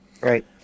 Right